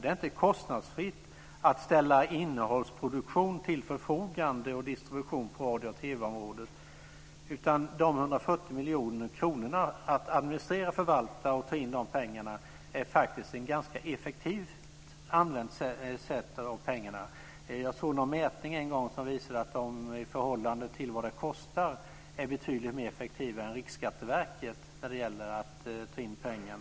Det är inte kostnadsfritt att ställa innehållsproduktion och distribution till förfogande på radio och TV-området. Att administrera, förvalta och ta in de 140 miljoner kronorna är faktiskt ett ganska effektivt användningssätt av pengarna. Jag såg en mätning någon gång som visade att RIKAB i förhållande till vad det kostar är betydligt effektivare än Riksskatteverket när det gäller att ta in pengar.